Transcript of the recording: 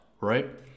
right